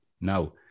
Now